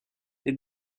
les